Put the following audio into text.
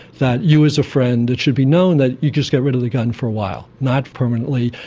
that you as a friend, it should be known that you just get rid of the gun for a while, not permanently.